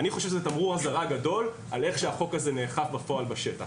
אני חושב שזה תמרור אזהרה גדול על איך שהחוק הזה נאכף בפועל בשטח.